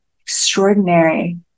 extraordinary